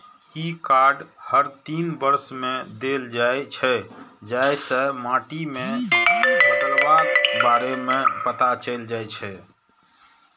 ई card हर तीन वर्ष मे देल जाइ छै, जइसे माटि मे बदलावक बारे मे पता चलि जाइ छै